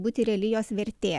būti reali jos vertė